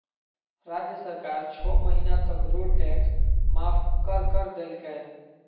राज्य सरकार छो महीना तक रोड टैक्स माफ कर कर देलकय